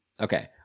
okay